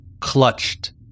clutched